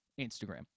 Instagram